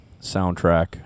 soundtrack